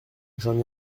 j’en